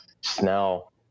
Snell